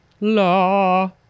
Law